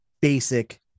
basic